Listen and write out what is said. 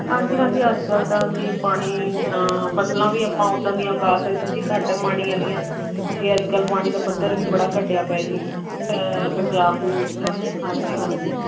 ਹਾਂਜੀ ਹਾਂਜੀ ਅੱਜ ਤਾਂ ਜੀ ਪਾਣੀ ਫਸਲਾਂ ਵੀ ਆਪਾਂ ਉਦਾਂ ਦੀਆਂ ਉਗਾ ਸਕਦੇ ਜੀ ਘੱਟ ਪਾਣੀ ਆਲੀਆਂ ਕਿਉਂਕਿ ਅੱਜ ਕੱਲ੍ਹ ਪਾਣੀ ਦਾ ਪੱਧਰ ਵੀ ਬੜਾ ਘਟਿਆ ਪਿਆ ਜੀ ਪੰਜਾਬ ਦੇ ਵਿੱਚ ਤਾਂ ਹਾਂਜੀ ਹਾਂਜੀ